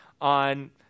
on